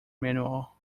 manual